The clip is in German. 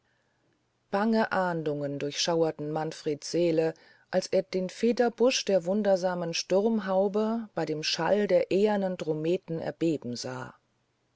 bange ahndungen durchschauerten manfreds seele als er den federbusch der wundersamen sturmhaube bey dem schall der ehernen drommete erbeben sah